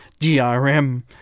DRM